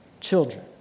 children